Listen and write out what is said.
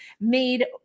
made